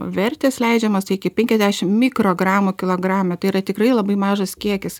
vertės leidžiamas iki penkiasdešim mikrogramų kilograme tai yra tikrai labai mažas kiekis